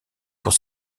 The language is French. pour